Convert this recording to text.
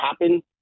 happen